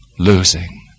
losing